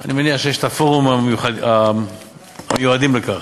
אני מניח שיש הפורומים המיועדים לכך.